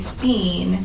seen